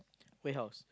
warehouse